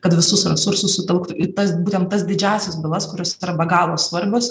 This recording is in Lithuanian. kad visus resursus susitelkt į tas būtent tas didžiąsias bylas kurios yra be galo svarbios